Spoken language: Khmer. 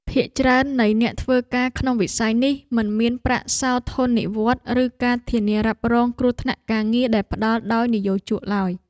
ភាគច្រើននៃអ្នកធ្វើការក្នុងវិស័យនេះមិនមានប្រាក់សោធននិវត្តន៍ ឬការធានារ៉ាប់រងគ្រោះថ្នាក់ការងារដែលផ្តល់ដោយនិយោជកឡើយ។